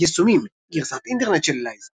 יישומים גרסת אינטרנט של אלייזה